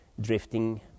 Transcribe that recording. drifting